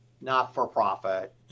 not-for-profit